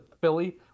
Philly